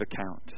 account